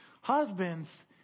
husbands